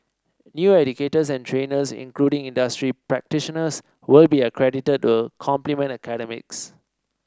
new educators and trainers including industry practitioners will be accredited to complement academics